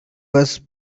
was